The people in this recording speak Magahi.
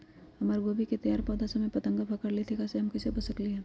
हमर गोभी के तैयार पौधा सब में फतंगा पकड़ लेई थई एकरा से हम कईसे बच सकली है?